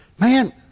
Man